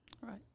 right